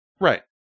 Right